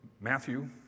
Matthew